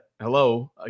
Hello